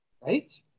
right